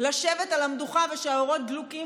לשבת על המדוכה ושהאורות יהיו דלוקים